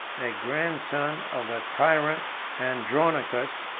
a grandson of the tyrant andronicus.